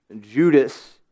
Judas